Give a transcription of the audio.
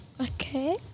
Okay